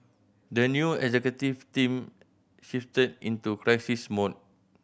the new executive team shifted into crisis mode